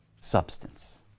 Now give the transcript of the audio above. substance